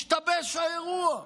השתבש האירוע.